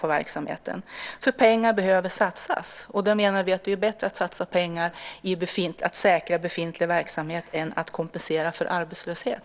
Pengar behöver satsas, och då menar vi att det är bättre att satsa pengar på att säkra befintlig verksamhet än att kompensera för arbetslöshet.